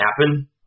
happen